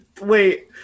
Wait